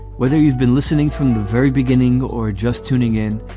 whether you've been listening from the very beginning or just tuning in,